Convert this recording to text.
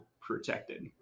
protected